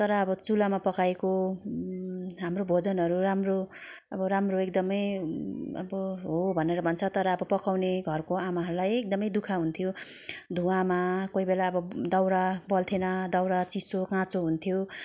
तर अब चुलामा पकाएको हाम्रो भोजनहरू राम्रो अब राम्रो एकदमै अब हो भनेर भन्छ तर अब पकाउने घरको आमाहरूलाई है एकदमै दुख हुन्थ्यो धुवामा कोही बेला अब दाउरा बल्थेन दाउरा चिसो काँचो हुन्थ्यो